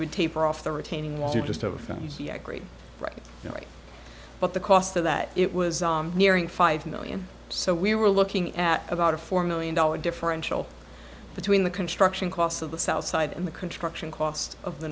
would taper off the retaining wall to just over from grade right but the cost of that it was nearing five million so we were looking at about a four million dollar differential between the construction costs of the south side and the contraction cost of the